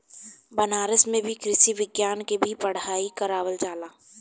बनारस में भी कृषि विज्ञान के भी पढ़ाई करावल जाला